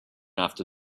after